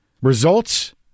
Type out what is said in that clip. results